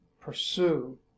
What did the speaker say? pursue